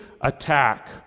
attack